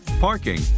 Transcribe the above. parking